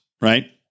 right